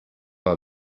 pas